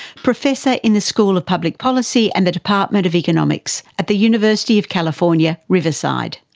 professor in the school of public policy and the department of economics at the university of california, riverside.